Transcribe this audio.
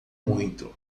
muito